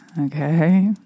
okay